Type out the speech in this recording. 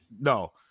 no